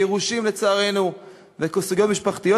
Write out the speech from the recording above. גירושים לצערנו וסוגיות משפחתיות,